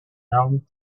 around